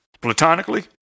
Platonically